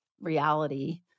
reality